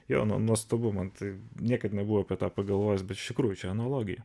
jo nuostabu man tai niekad nebuvau apie tai pagalvojęs bet iš tikrųjų čia analogija